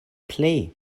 plej